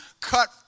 cut